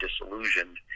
disillusioned